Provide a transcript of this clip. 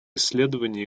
исследования